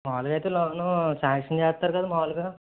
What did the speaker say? మాములుగా అయితే loan sanction చేస్తారు కదా మాములుగా